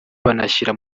banashyira